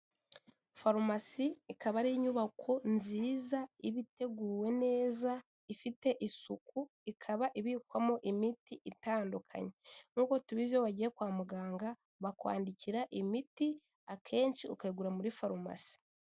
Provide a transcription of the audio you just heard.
Farumasi ikaba ari inyubako nziza iba iteguwe neza ifite isuku, ikaba ibikwamo imiti itandukanye, nkuko tubizi iyo wagiye kwa muganga bakwandikira imiti akenshi ukayigura muri farumasi.